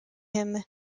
him